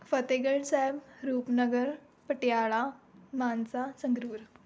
Fatehgarh Sahib Rupnagar Patiala Mansa Sangrur